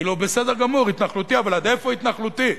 בסדר גמור, התנחלותי, אבל עד איפה התנחלותי?